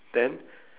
then